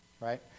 right